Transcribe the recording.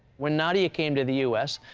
when nadia came to the us,